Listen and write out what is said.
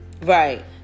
Right